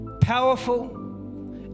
powerful